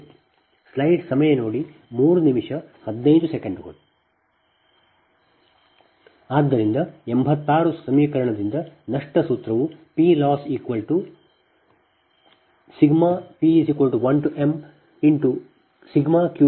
ಆದ್ದರಿಂದ 86 ಸಮೀಕರಣದಿಂದ ನಷ್ಟ ಸೂತ್ರವು PLossp1mq1mPpBpqPq ನಾವು ಸಹ ಬಸ್ ಬಾರ್ ಸಂಖ್ಯೆ 3